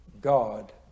God